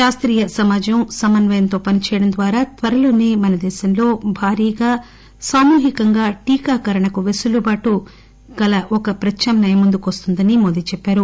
శాస్తీయ సమాజం సమన్నయంతో పనిచేయడం ద్వారా త్వరలోసే మన దేశంలో భారీగా సామూహికంగా పట్టణీకరణకు పెసులుబాటు కల ఒక ప్రత్యామ్నాయ ముందుకొస్తుందని ఆయన అన్నారు